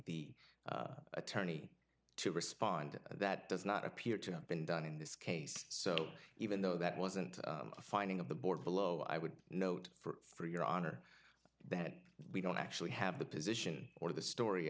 the attorney to respond that does not appear to have been done in this case so even though that wasn't a finding of the board below i would note for your honor that we don't actually have the position or the story